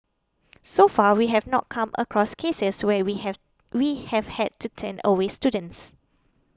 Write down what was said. so far we have not come across cases where we have we have had to turn away students